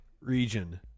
region